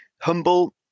humble